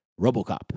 RoboCop